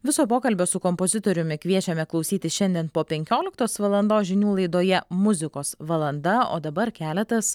viso pokalbio su kompozitoriumi kviečiame klausytis šiandien po penkioliktos valandos žinių laidoje muzikos valanda o dabar keletas